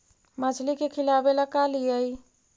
मछली के खिलाबे ल का लिअइ?